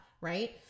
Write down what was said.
Right